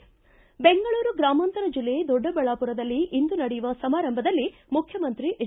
ಬೆಂಗಳೂರು ಗ್ರಾಮಾಂತರ ಜಿಲ್ಲೆ ದೊಡ್ಡಬಳ್ಳಾಪುರದಲ್ಲಿ ಇಂದು ನಡೆಯುವ ಸಮಾರಂಭದಲ್ಲಿ ಮುಖ್ಯಮಂತ್ರಿ ಎಚ್